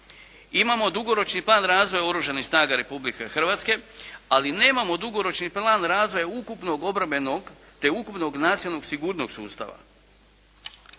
Imamo dugoročni plan razvoja Oružanih snaga Republike Hrvatske ali nemamo dugoročni plan razvoja ukupnog obrambenog te ukupnog nacionalnog sigurnosnog sustava,